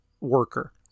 worker